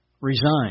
resigned